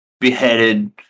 beheaded